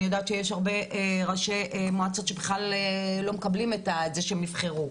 אני יודעת שיש הרבה ראשי מועצות שבכלל לא מקבלים את זה שהם נבחרו,